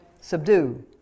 Subdue